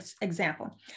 example